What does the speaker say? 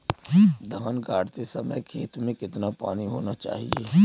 धान गाड़ते समय खेत में कितना पानी होना चाहिए?